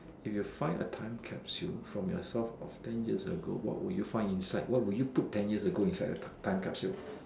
if you find a time capsule from yourself of ten years ago what would you find inside what would you put ten years ago inside the time capsule